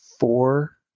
four